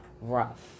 rough